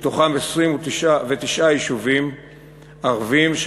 מהם 29 יישובים ערביים,